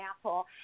apple